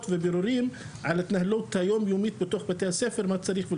והבירורים על ההתנהלות היומיומית בתוך בתי הספר מה צריך.